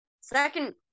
Second